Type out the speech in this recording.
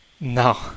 No